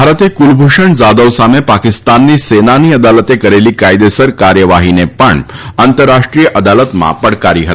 ભારતે કુલભુષણ જાધવ સામે પાકિસ્તાનની સેનાની અદાલતે કરેલી કાયદેસર કાર્યવાહીને પણ આંતરરાષ્ટ્રીય અદાલતમાં પડકારી હતી